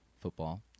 football